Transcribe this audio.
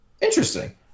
Interesting